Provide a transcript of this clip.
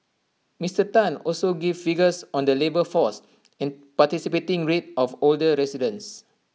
Mister Tan also gave figures on the labour force participation rate of older residents